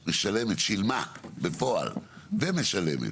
משלמת, שילמה בפועל ומשלמת,